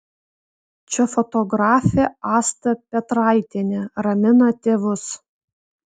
čia fotografė asta petraitienė ramina tėvus